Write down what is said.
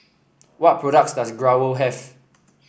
what products does Growell have